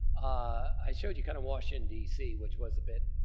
i showed you kind of washington d c, which was a bit,